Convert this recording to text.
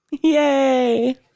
Yay